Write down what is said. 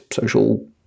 social